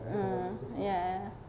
mm ya ya